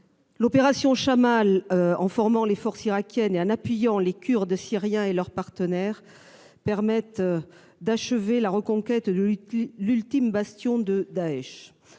L'opération Chammal, en formant les forces irakiennes et en appuyant les Kurdes syriens et leurs partenaires, permet d'achever la reconquête de l'ultime bastion de Daech.